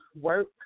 work